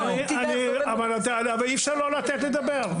אי אפשר לא לתת לדבר.